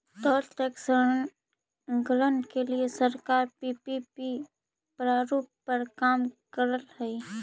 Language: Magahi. टोल टैक्स संकलन के लिए सरकार पीपीपी प्रारूप पर काम करऽ हई